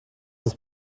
ist